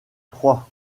trois